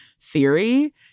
theory